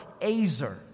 azer